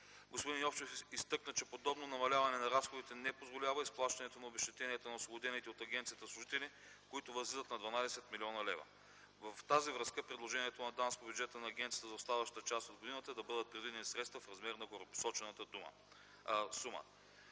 Господин Йовчев изтъкна, че подобно намаляване на разходите не позволява изплащането на обезщетенията на освободените от агенцията служители, които възлизат на 12 млн. лв. В тази връзка предложението на ДАНС е по бюджета на агенцията за оставащата част от годината да бъдат предвидени средства в размер на горепосочената сума.